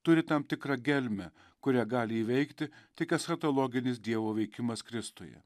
turi tam tikrą gelmę kurią gali įveikti tik eschatologinis dievo veikimas kristuje